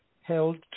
held